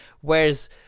Whereas